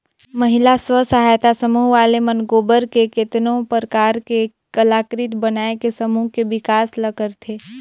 महिला स्व सहायता समूह वाले मन गोबर ले केतनो परकार के कलाकृति बनायके समूह के बिकास ल करथे